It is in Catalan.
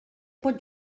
pot